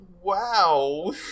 Wow